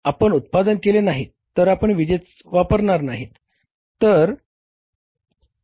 परंतु आपण उत्पादन केले नाही तर आपण विजेचा वापर करणार नाहीत